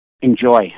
Enjoy